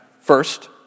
First